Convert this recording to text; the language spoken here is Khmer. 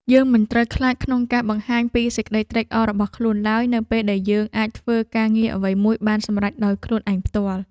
យើងមិនត្រូវខ្លាចក្នុងការបង្ហាញពីសេចក្ដីត្រេកអររបស់ខ្លួនឡើយនៅពេលដែលយើងអាចធ្វើការងារអ្វីមួយបានសម្រេចដោយខ្លួនឯងផ្ទាល់។